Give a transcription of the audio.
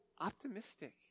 optimistic